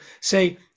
say